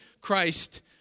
Christ